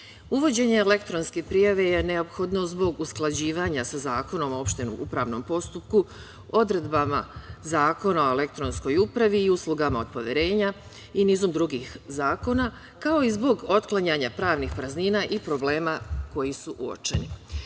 društva. Uvođenje elektronske prijave je neophodno zbog usklađivanja sa Zakonom o opštem upravnom postupku, odredbama Zakona o elektronskoj upravi i uslugama od poverenja i nizom drugih zakona, kao i zbog otklanjanja pravnih praznina i problema koji su